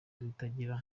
twitter